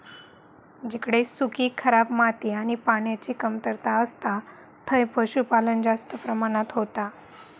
जिकडे सुखी, खराब माती आणि पान्याची कमतरता असता थंय पशुपालन जास्त प्रमाणात होता